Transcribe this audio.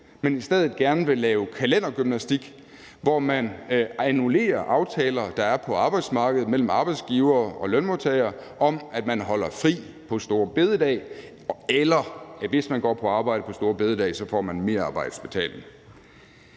men i stedet gerne vil lave kalendergymnastik, hvor man annullerer aftaler, der er på arbejdsmarkedet, mellem arbejdsgivere og lønmodtagere om, at man holder fri på store bededag eller, hvis man går på arbejde på store bededag, får merarbejdsbetaling.